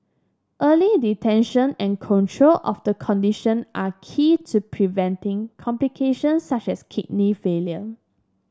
early detection and control of the condition are key to preventing complications such as kidney failure